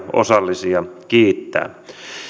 osallisia kiittää